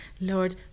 Lord